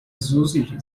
association